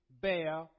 bear